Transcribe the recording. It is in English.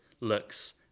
looks